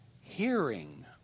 hearing